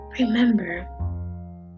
Remember